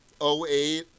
08